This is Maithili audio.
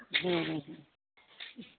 हूँ